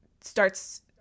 starts